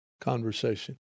Conversation